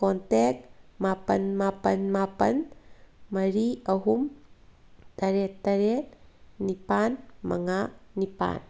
contact ꯃꯥꯄꯟ ꯃꯥꯄꯟ ꯃꯥꯄꯟ ꯃꯔꯤ ꯑꯍꯨꯝ ꯇꯔꯦꯠ ꯇꯔꯦꯠ ꯅꯤꯄꯥꯟ ꯃꯉꯥ ꯅꯤꯄꯥꯟ